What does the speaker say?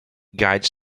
guides